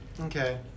Okay